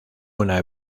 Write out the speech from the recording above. una